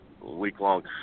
week-long